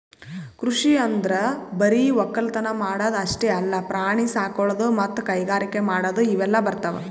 ಕೃಷಿ ಅಂದ್ರ ಬರಿ ವಕ್ಕಲತನ್ ಮಾಡದ್ ಅಷ್ಟೇ ಅಲ್ಲ ಪ್ರಾಣಿ ಸಾಕೊಳದು ಮತ್ತ್ ಕೈಗಾರಿಕ್ ಮಾಡದು ಇವೆಲ್ಲ ಬರ್ತವ್